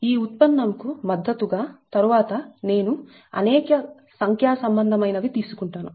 ఈ ఉత్పన్నంకు మద్దతు గా తరువాత నేను అనేక సంఖ్య బంధమైన వి తీసుకుంటాను